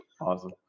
Awesome